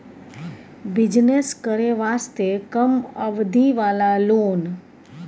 Business करे वास्ते कम अवधि वाला लोन?